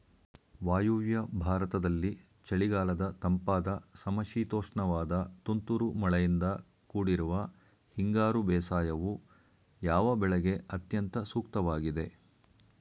ವಾಯುವ್ಯ ಭಾರತದಲ್ಲಿ ಚಳಿಗಾಲದ ತಂಪಾದ ಸಮಶೀತೋಷ್ಣವಾದ ತುಂತುರು ಮಳೆಯಿಂದ ಕೂಡಿರುವ ಹಿಂಗಾರು ಬೇಸಾಯವು, ಯಾವ ಬೆಳೆಗೆ ಅತ್ಯಂತ ಸೂಕ್ತವಾಗಿದೆ?